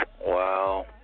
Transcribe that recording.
Wow